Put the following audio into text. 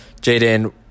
Jaden